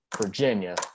virginia